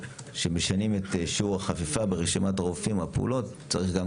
כשמשנים את שיעור החפיפה ברשימת הרופאים או הפעולות צריך גם